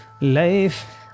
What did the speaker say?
Life